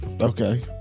Okay